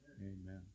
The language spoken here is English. Amen